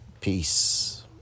peace